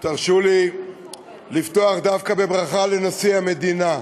תרשו לי לפתוח דווקא בברכה לנשיא המדינה.